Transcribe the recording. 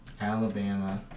Alabama